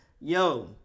Yo